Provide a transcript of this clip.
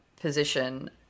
position